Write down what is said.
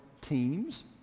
teams